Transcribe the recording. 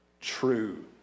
true